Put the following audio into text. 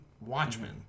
Watchmen